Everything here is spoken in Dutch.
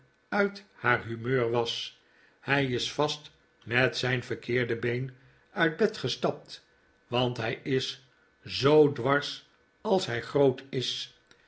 uit haar humeur was hij is vast met zijn verkeerde been uit bed gestapt want hij is zoo dwars als hij groot is